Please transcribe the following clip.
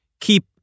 keep